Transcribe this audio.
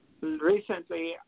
recently